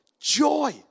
joy